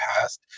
past